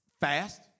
fast